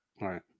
right